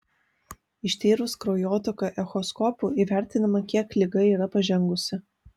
ištyrus kraujotaką echoskopu įvertinama kiek liga yra pažengusi